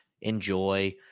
enjoy